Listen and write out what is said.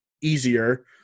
easier